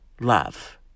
love